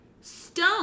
Stone